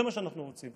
זה מה שאנחנו רוצים.